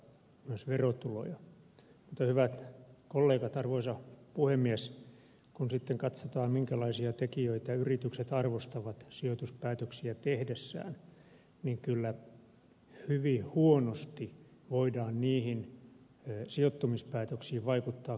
mutta hyvät kollegat arvoisa puhemies kun sitten katsotaan minkälaisia tekijöitä yritykset arvostavat sijoituspäätöksiä tehdessään niin kyllä hyvin huonosti voidaan niihin sijoittumispäätöksiin vaikuttaa kunnallisella päätöksenteolla